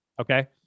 Okay